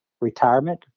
retirement